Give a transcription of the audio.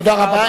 תודה רבה.